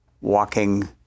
walking